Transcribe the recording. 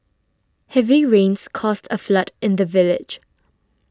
heavy rains caused a flood in the village